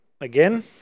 again